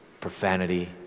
profanity